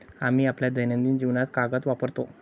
आम्ही आपल्या दैनंदिन जीवनात कागद वापरतो